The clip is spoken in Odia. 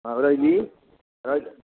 ହଉ ରହିଲି ରହୁଛି